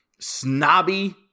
Snobby